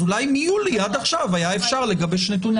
אז אולי מיולי עד עכשיו היה אפשר לגבש נתונים.